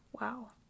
Wow